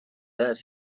that